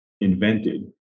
invented